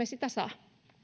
sitä saa